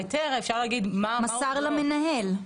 מסר למנהל.